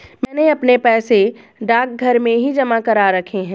मैंने अपने पैसे डाकघर में ही जमा करा रखे हैं